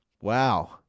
Wow